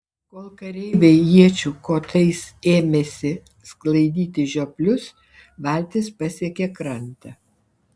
kol kareiviai iečių kotais ėmėsi sklaidyti žioplius valtis pasiekė krantą